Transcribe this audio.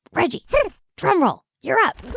reggie drumroll. you're up